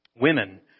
Women